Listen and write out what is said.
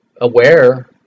aware